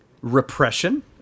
repression